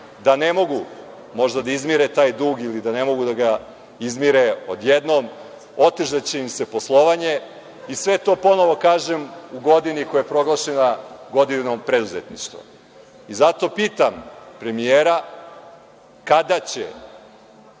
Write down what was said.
da ne mogu možda da izmire taj dug ili da ne mogu da ga izmire odjednom, otežaće im se poslovanje i sve to, ponovo kažem, u godini koja je proglašena godinom preduzetništva. Zato pitam premijera - kada će